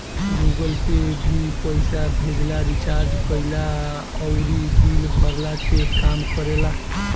Google Pay भी पईसा भेजला, रिचार्ज कईला अउरी बिल भरला के काम करेला